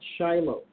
Shiloh